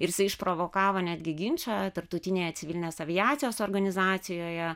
ir jisai išprovokavo netgi ginčą tarptautinėje civilinės aviacijos organizacijoje